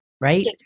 right